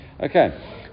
Okay